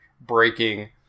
breaking